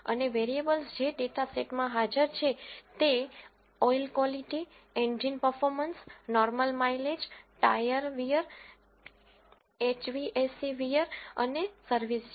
અને વેરીએબલ્સ જે ડેટા સેટમાં હાજર છે તે oil quality engine performance normal mileage tyre wear HVAC wear અને સર્વિસ છે